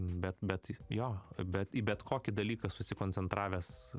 bet bet jo bet į bet kokį dalyką susikoncentravęs